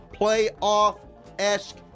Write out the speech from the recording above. Playoff-esque